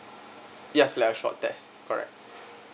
yes like a short test correct